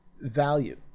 value